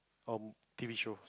or T_V show